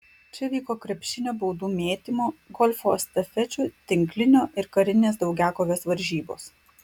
čia vyko krepšinio baudų mėtymo golfo estafečių tinklinio ir karinės daugiakovės varžybos